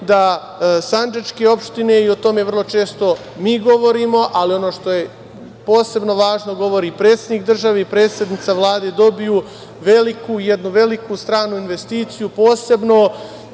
da sandžačke opštine, i o tome vrlo često mi govorimo, ali ono što je posebno važno govori predsednik države i predsednica Vlade, dobiju jednu veliku stranu investiciju posebno